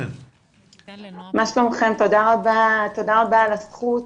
תודה לכם על הזכות.